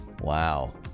Wow